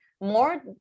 more